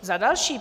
Za další.